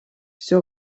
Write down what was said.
все